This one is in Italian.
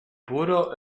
puro